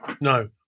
No